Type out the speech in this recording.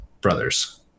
brothers